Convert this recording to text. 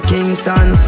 Kingston